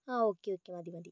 ആ okay okay മതി മതി